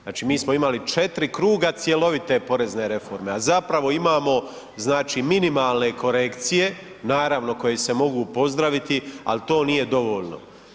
Znači mi smo imali 4. kruga cjelovite porezne reforme a zapravo imamo znači minimalne korekcije, naravno koje se mogu pozdraviti ali to nije dovoljno.